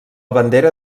bandera